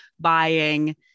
buying